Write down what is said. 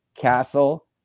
castle